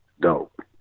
dope